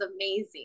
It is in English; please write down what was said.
amazing